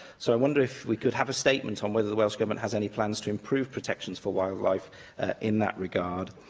so, i wonder if we could have a statement on whether the welsh government has any plans to improve protections for wildlife in that regard.